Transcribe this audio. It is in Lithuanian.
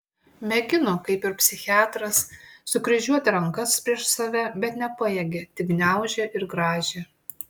mėgino kaip ir psichiatras sukryžiuoti rankas prieš save bet nepajėgė tik gniaužė ir grąžė